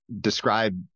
describe